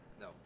No